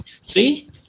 See